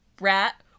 Rat